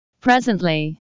Presently